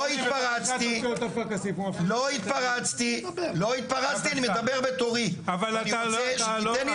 לא התפרצתי, אני מדבר בתורי, אני רוצה שתיתן לי